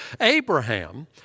Abraham